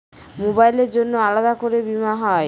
মোবাইলের জন্য আলাদা করে বীমা হয়?